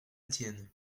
tienne